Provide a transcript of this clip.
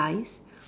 slice